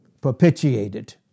propitiated